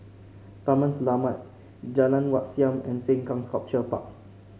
Taman Selamat Jalan Wat Siam and Sengkang Sculpture Park